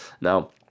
now